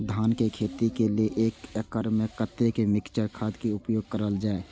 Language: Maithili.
धान के खेती लय एक एकड़ में कते मिक्चर खाद के उपयोग करल जाय?